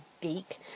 geek